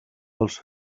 els